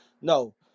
No